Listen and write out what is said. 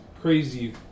crazy